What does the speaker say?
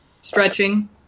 Stretching